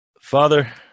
Father